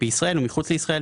בישראל ומחוץ לישראל,